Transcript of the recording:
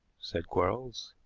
said quarles.